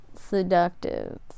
Seductive